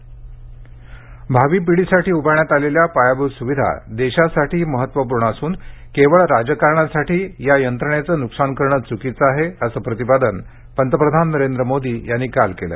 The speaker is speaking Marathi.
मोदी माल वाहतूक भावी पिढीसाठी उभारण्यात आलेल्या पायाभूत सुविधा देशासाठी महत्वपूर्ण असून केवळ राजकारणासाठी या यंत्रणेचं न्कसान करणं च्कीचं आहे असं प्रतिपादन पंतप्रधान नरेंद्र मोदी यांनी काल केलं